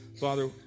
Father